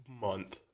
month